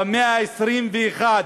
במאה ה-21,